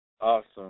Awesome